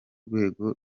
rwego